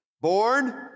born